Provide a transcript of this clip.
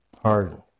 hardened